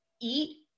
eat